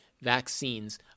vaccines